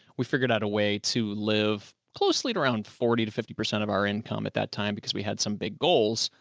we figured out a way to live closely around forty to fifty percent of our income at that time because we had some big goals,